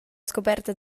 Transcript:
scoperta